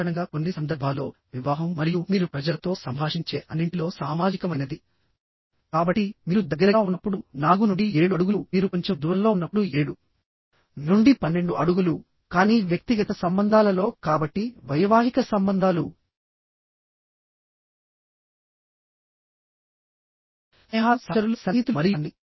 సాధారణంగా కొన్ని సందర్భాల్లో వివాహం మరియు మీరు ప్రజలతో సంభాషించే అన్నింటిలో సామాజికమైనది కాబట్టి మీరు దగ్గరగా ఉన్నప్పుడు 4 నుండి 7 అడుగులు మీరు కొంచెం దూరంలో ఉన్నప్పుడు 7 నుండి 12 అడుగులు కానీ వ్యక్తిగత సంబంధాలలో కాబట్టి వైవాహిక సంబంధాలు స్నేహాలు సహచరులు సన్నిహితులు మరియు అన్నీ